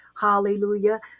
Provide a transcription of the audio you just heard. hallelujah